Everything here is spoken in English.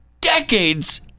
decades